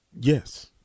Yes